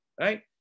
right